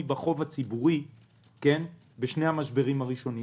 בחוב הציבורי בשני המשברים הראשונים.